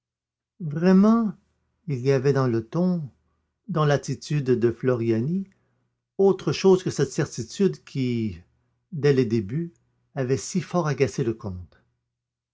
vraiment il y avait dans le ton dans l'attitude de floriani autre chose que cette certitude qui dès le début avait si fort agacé le comte